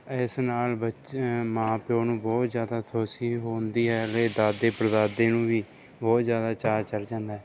ਇਸ ਨਾਲ ਬੱਚ ਮਾਂ ਪਿਓ ਨੂੰ ਬਹੁਤ ਜ਼ਿਆਦਾ ਖੁਸ਼ੀ ਹੁੰਦੀ ਹੈ ਅਤੇ ਦਾਦੇ ਪੜਦਾਦੇ ਨੂੰ ਵੀ ਬਹੁਤ ਜ਼ਿਆਦਾ ਚਾਅ ਚੜ੍ਹ ਜਾਂਦਾ ਹੈ